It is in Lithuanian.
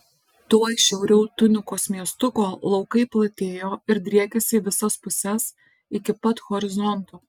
tuoj šiauriau tunikos miestuko laukai platėjo ir driekėsi į visas puses iki pat horizonto